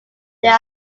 there